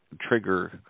trigger